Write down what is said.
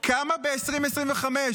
כמה ב-2025,